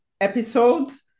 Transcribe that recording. episodes